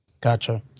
Gotcha